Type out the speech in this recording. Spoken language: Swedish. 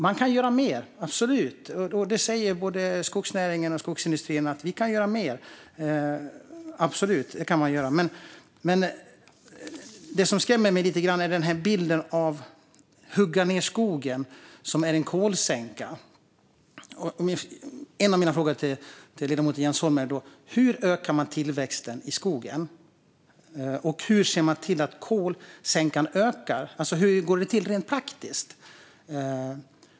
Man kan göra mer, absolut, och det säger skogsnäringen och skogsindustrin att de kan göra. Det som skrämmer mig lite grann är bilden av att man hugger ned skogen som är en kolsänka. En av mina frågor till ledamoten Jens Holm är: Hur ökar man tillväxten i skogen, och hur ser man till att kolsänkan ökar? Hur går det alltså till rent praktiskt?